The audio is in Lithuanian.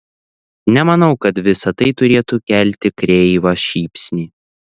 nemanau kad visa tai turėtų kelti kreivą šypsnį